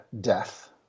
death